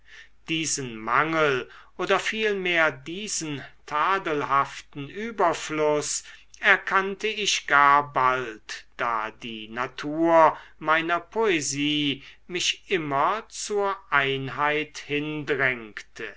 diesen mangel oder vielmehr diesen tadelhaften überfluß erkannte ich gar bald da die natur meiner poesie mich immer zur einheit